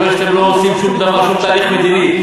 אני מדבר שאתם לא עושים שום דבר, שום תהליך מדיני.